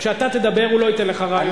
כשאתה תדבר הוא לא ייתן לך רעיונות.